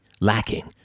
lacking